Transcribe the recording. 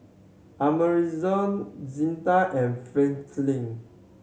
Amerigo Zetta and Franklin